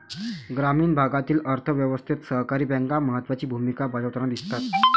ग्रामीण भागातील अर्थ व्यवस्थेत सहकारी बँका महत्त्वाची भूमिका बजावताना दिसतात